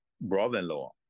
brother-in-law